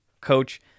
coach